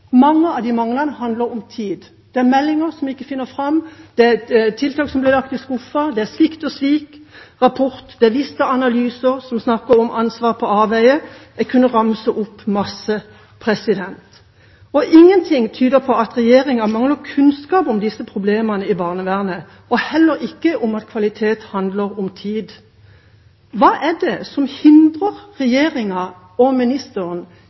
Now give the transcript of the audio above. Mange av de manglene handler om tid. Det er meldinger som ikke finner fram. Det er tiltak som blir lagt i skuffen. Det er Svikt og svik-rapporten. Det er Vista Analyse, som snakker om «ansvar på avveie». Jeg kunne ramset opp masse. Ingen ting tyder på at regjeringa mangler kunnskap om disse problemene i barnevernet, og heller ikke om at kvalitet handler om tid. Hva er det som hindrer regjeringa og ministeren